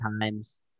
times